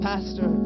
Pastor